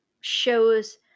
shows